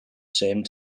same